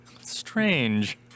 Strange